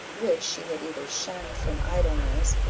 which she had either shunned from idleness,